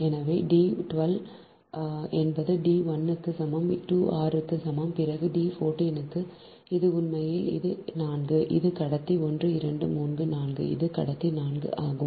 எனவே D 1 2 என்பது D 1 க்கு சமம் 2 r க்கு சமம் பிறகு D 14 இது உண்மையில் இது 4 இது கடத்தி 1 2 3 4 இது கடத்தி 4 ஆகும்